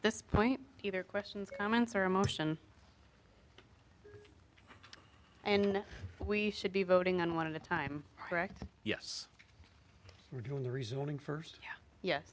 this point either questions comments or emotion and we should be voting on one of the time right yes we're doing